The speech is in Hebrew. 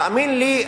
תאמין לי,